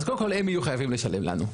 אז קודם כל, הם יהיו חייבים לשלם לנו.